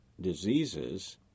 diseases